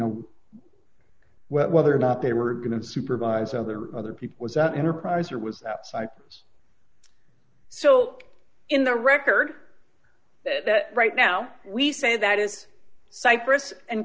know whether or not they were going to supervise other other people was out enterprise or was outside was so in the record that right now we say that is